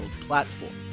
platform